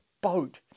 boat